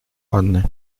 анны